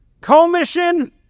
commission